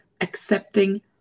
accepting